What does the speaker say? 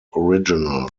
original